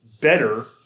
better